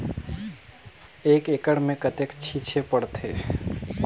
एक एकड़ मे कतेक छीचे पड़थे?